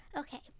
Okay